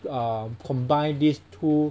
um combined these two